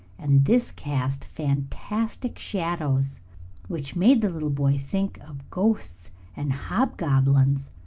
and this cast fantastic shadows which made the little boy think of ghosts and hobgoblins.